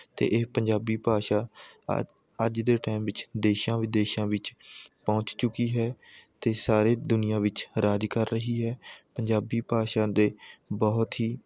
ਅਤੇ ਇਹ ਪੰਜਾਬੀ ਭਾਸ਼ਾ ਅੱਜ ਅੱਜ ਦੇ ਟਾਈਮ ਵਿੱਚ ਦੇਸ਼ਾਂ ਵਿਦੇਸ਼ਾਂ ਵਿੱਚ ਪਹੁੰਚ ਚੁੱਕੀ ਹੈ ਅਤੇ ਸਾਰੀ ਦੁਨੀਆਂ ਵਿੱਚ ਰਾਜ ਕਰ ਰਹੀ ਹੈ ਪੰਜਾਬੀ ਭਾਸ਼ਾ ਦੇ ਬਹੁਤ ਹੀ